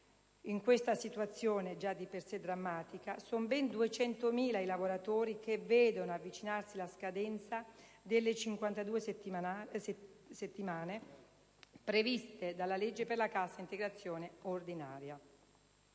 In questa situazione già di per sé drammatica sono ben 200.000 i lavoratori che vedono avvicinarsi la scadenza delle 52 settimane previste dalla legge per la cassa integrazione ordinaria.